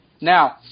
Now